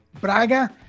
Braga